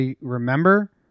remember